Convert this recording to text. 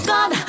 God